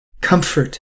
comfort